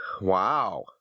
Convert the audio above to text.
Wow